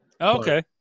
Okay